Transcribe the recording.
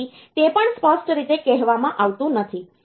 તેથી તે પણ સ્પષ્ટ રીતે કહેવામાં આવતું નથી